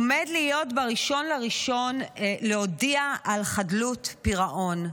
עומד ב-1 בינואר להודיע על חדלות פירעון.